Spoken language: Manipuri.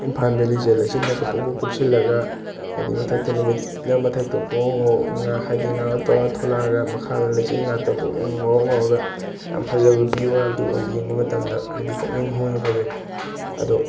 ꯏꯝꯐꯥꯜ ꯕꯦꯜꯂꯤꯁꯦ ꯂꯩꯆꯤꯜ ꯉꯥꯛꯇ ꯄꯨꯡꯀꯨꯞ ꯀꯨꯞꯁꯤꯜꯂꯒ ꯍꯥꯏꯗꯤ ꯃꯊꯛꯇ ꯅꯨꯃꯤꯠꯅ ꯃꯊꯛꯇ ꯄꯨꯡꯉꯧ ꯉꯧ ꯍꯥꯏꯗꯤ ꯉꯥꯡꯂꯞ ꯇꯧꯔ ꯊꯣꯛꯂꯛꯑꯒ ꯃꯈꯥꯗ ꯂꯩꯆꯤꯜ ꯉꯥꯛꯇ ꯉꯧꯔꯣꯛ ꯉꯧꯔꯒ ꯌꯥꯝ ꯐꯖꯕ ꯕꯤꯎ ꯍꯥꯏꯕꯗꯨ ꯑꯣꯏ ꯌꯦꯡꯕ ꯃꯇꯝꯗ ꯍꯥꯏꯗꯤ ꯄꯨꯛꯅꯤꯡ ꯍꯨꯅ ꯐꯖꯩ ꯑꯗꯣ